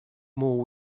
more